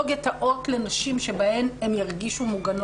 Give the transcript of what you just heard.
גטאות לנשים שבהם הן ירגישו מוגנות.